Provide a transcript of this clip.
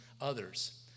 others